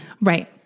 Right